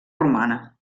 romana